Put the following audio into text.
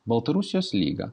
baltarusijos lyga